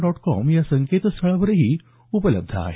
dot com या संकेतस्थळावरही उपलब्ध आहे